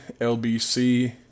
LBC